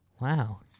wow